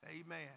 Amen